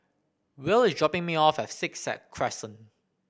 Will is dropping me off at Sixth Sad Crescent